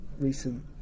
recent